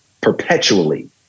perpetually